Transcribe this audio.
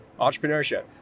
entrepreneurship